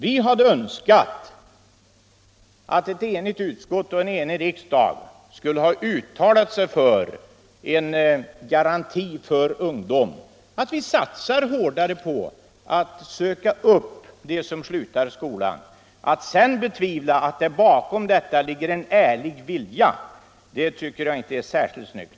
Vi hade önskat att ett enigt utskott och en enig riksdag skulle ha uttalat sig för en garanti för ungdom, för att vi skall satsa hårdare på att söka upp dem som slutar skolan. Sedan tycker jag inte att det är särskilt snyggt att betvivla att det bakom detta ligger en ärlig vilja.